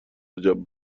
عجب